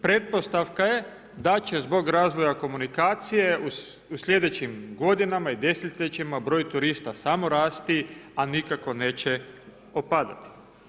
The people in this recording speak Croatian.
Pretpostavka je da će zbog razvoja komunikacije u sljedećim godinama i desetljećima broj turista samo rasti, a nikako neće opadati.